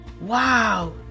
Wow